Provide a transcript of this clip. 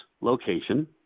location